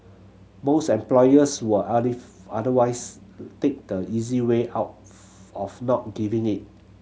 most employers will otherwise take the easy way out of not giving it